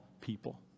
people